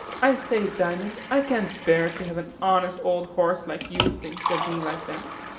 i say, diamond, i can't bear to have an honest old horse like you think of me like that.